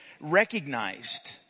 recognized